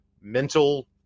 Mental